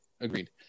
Agreed